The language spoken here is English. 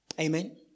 Amen